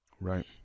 Right